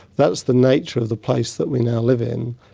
that's the nature of the place that we now live in.